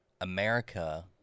America